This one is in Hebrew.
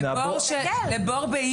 יורד לך בנגב 50%. זה יוביל אותנו לבור באיוש.